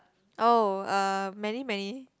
oh uh many many